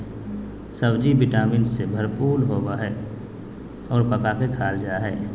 सब्ज़ि vitamin से भरपूर होबय हइ और पका के खाल जा हइ